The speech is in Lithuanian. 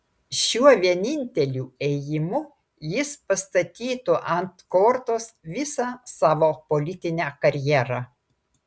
šiuo vieninteliu ėjimu jis pastatytų ant kortos visą savo politinę karjerą